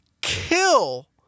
kill